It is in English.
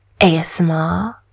ASMR